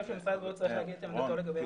שמשרד הבריאות צריך להגיד את הנתון לגבי מספר.